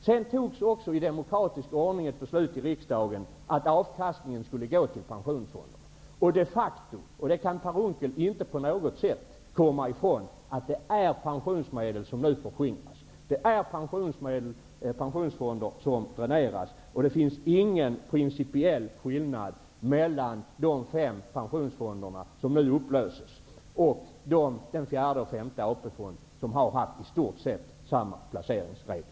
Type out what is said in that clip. Sedan fattades också i demokratisk ordning i riksdagen ett beslut om att avkastningen skulle gå till pensionsfonderna. Per Unckel kan inte på något sätt komma ifrån att det är pensionsmedel som nu förskingras, att det är pensionsfonder som dräneras. Det finns ingen principiell skillnad mellan de fem pensionsfonder som nu upplöses och den fjärde och den femte AP-fonden, utan de har haft i stort sett samma placeringsregler.